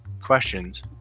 questions